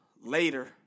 later